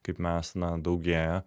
kaip mes na daugėja